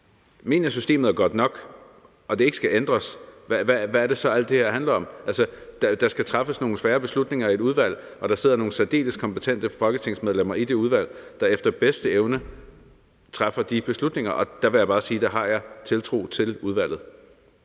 systemet er godt nok og det ikke skal ændres, hvad er det så, alt det her handler om? Altså, der skal træffes nogle svære beslutninger i et udvalg, og der sidder nogle særdeles kompetente folketingsmedlemmer i det udvalg, der efter bedste evne træffer de beslutninger, og jeg vil bare sige, at der har jeg tiltro til udvalget.